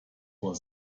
for